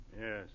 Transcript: Yes